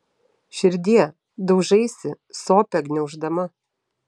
širdie daužaisi sopę gniauždama